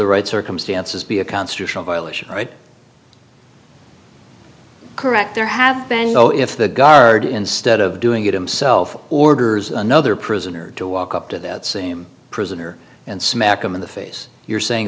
the right circumstances be a constitutional violation right correct there have been no if the guard instead of doing it himself orders another prisoner to walk up to that same prisoner and smack him in the face you're saying